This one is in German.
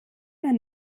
man